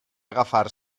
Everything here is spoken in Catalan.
agafar